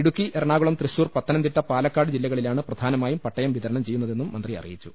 Idukki Ernakulam Thrissur Pathanamthitta Palakkad ജില്ലകളിലാണ് പ്രധാനമായും പട്ടയം വിത രണം ചെയ്യുന്നതെന്നും മന്ത്രി അറിയിച്ചു